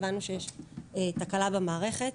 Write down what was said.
הבנו שיש תקלה במערכת,